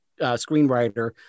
screenwriter